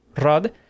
rod